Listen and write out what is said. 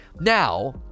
now